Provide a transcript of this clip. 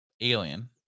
alien